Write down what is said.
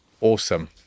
Awesome